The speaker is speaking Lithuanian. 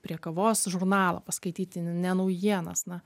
prie kavos žurnalą paskaityti ne naujienas na